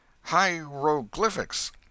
Hieroglyphics